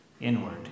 inward